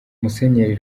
musenyeri